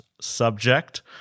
subject